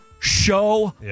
Show